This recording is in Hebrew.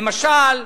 למשל,